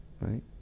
right